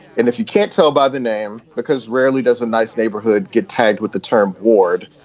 and if you can't tell by the name, because rarely does a nice neighborhood get tagged with the term ward.